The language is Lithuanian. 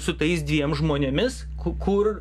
su tais dviem žmonėmis ku kur